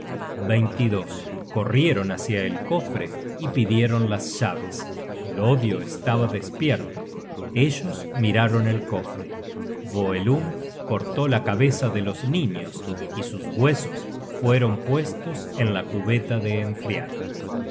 anillos corrieron hácia el cofre y pidieron las llaves el odio estaba despierto ellos miraron el cofre voelund cortó la cabeza de los niños y sus huesos fueron puestos en la cubeta de enfriar